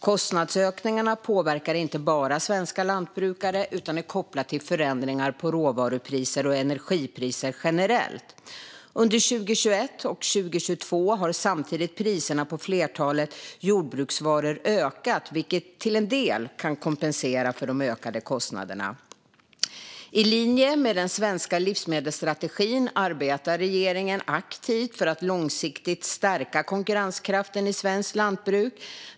Kostnadsökningarna påverkar inte bara svenska lantbrukare utan är kopplade till förändringar på råvarupriser och energipriser generellt. Under 2021 och 2022 har samtidigt priserna på flertalet jordbruksvaror ökat, vilket till en del kan kompensera för de ökade kostnaderna. I linje med den svenska livsmedelsstrategin arbetar regeringen aktivt för att långsiktigt stärka konkurrenskraften i svenskt lantbruk.